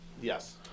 yes